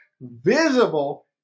visible